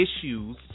issues